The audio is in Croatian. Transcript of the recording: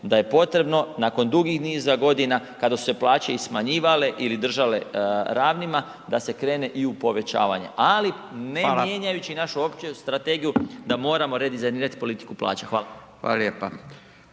da je potrebno nakon dugi niza godina kada su se plaće i smanjivale ili držale ravnima, da se krene i u povećavanje ali ne mijenjajući našu opću strategiju da moramo redizajnirati politiku plaća. Hvala. **Radin,